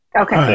Okay